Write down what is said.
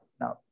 now